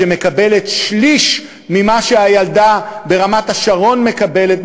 שמקבלת שליש ממה שילדה ברמת-השרון מקבלת,